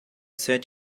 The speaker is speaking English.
said